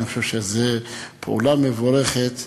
אני חושב שזו פעולה מבורכת,